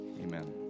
amen